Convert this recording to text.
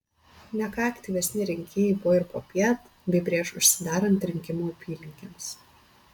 ne ką aktyvesni rinkėjai buvo ir popiet bei prieš užsidarant rinkimų apylinkėms